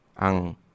ang